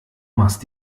machst